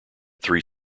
three